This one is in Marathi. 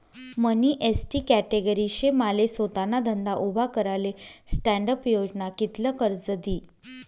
मनी एसटी कॅटेगरी शे माले सोताना धंदा उभा कराले स्टॅण्डअप योजना कित्ल कर्ज दी?